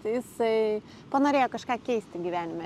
jisai panorėjo kažką keisti gyvenime